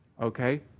okay